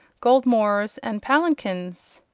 gold mohrs, and palanquins.